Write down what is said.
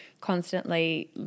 constantly